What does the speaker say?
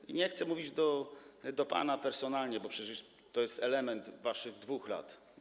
I nie chcę mówić do pana personalnie, bo przecież to jest element waszych 2 lat.